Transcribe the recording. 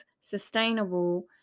sustainable